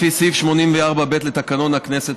לפי סעיף 84(ב) לתקנון הכנסת,